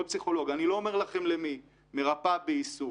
אני לא אומר לכם למי, מרפאה בעיסוק,